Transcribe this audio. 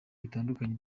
bitandukanye